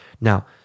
Now